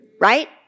right